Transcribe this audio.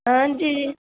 हां जी